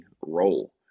role